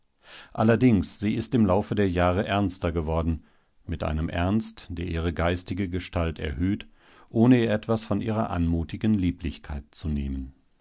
allerdings sie ist im laufe der jahre ernster geworden mit einem ernst der ihre geistige gestalt erhöht ohne ihr etwas von ihrer anmutigen lieblichkeit zu nehmen